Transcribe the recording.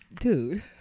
dude